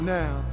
now